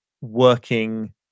working